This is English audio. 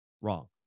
wrong